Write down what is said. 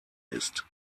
ist